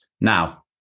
Now